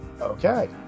okay